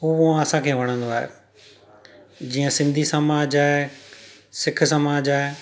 उहो असांखे वणंदो आहे जीअं सिंधी समाज आहे सिख समाज आहे